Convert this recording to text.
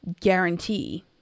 guarantee